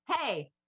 hey